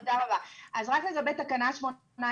תודה רבה כבוד יושבת הראש.